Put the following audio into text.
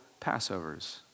Passovers